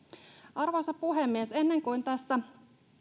arvoisa puhemies ennen kuin tästä